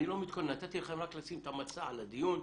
נתתי לכם רק לשים את המצע לדיון,